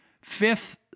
fifth